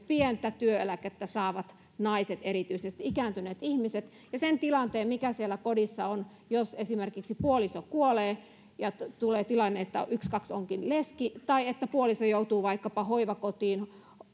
pientä työeläkettä saavat naiset ikääntyneet ihmiset ja sen tilanteen mikä siellä kodissa on jos esimerkiksi puoliso kuolee ja tulee tilanne että ykskaks onkin leski tai että puoliso joutuu vaikkapa hoivakotiin